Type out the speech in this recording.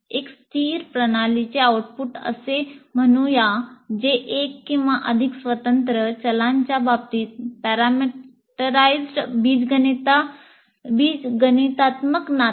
आपण अनुकरण असते